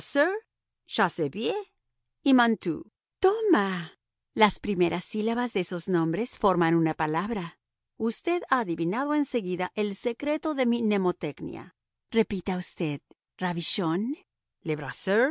rabichon lebrasseur chassepie y mantoux toma las primeras sílabas de esos nombres forman una palabra usted ha adivinado en seguida el secreto de mi mnemotecnia repita usted rabichon